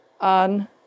on